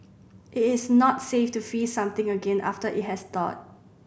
it is not safe to freeze something again after it has thawed